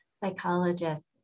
psychologists